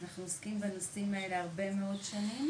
אנחנו עוסקים בנושאים האלו הרבה מאוד שנים,